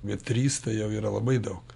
bet trys tai jau yra labai daug